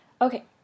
Okay